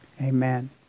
amen